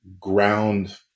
ground